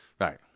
Right